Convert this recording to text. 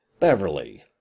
Beverly